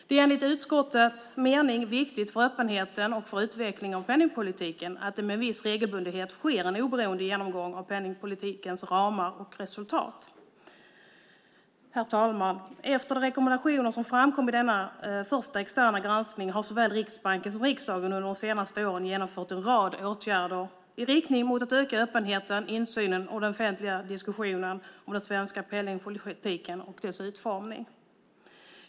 Det är enligt utskottets mening viktigt för öppenheten och för utvecklingen av penningpolitiken att det med viss regelbundenhet sker en oberoende genomgång av penningpolitikens ramar och resultat. Herr talman! Efter de rekommendationer som framkom i den första externa granskningen har såväl Riksbanken som riksdagen under de senaste åren genomfört en rad åtgärder i riktning mot att öka öppenheten, insynen och den offentliga diskussionen om den svenska penningpolitiken och dess utformning.